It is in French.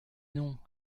non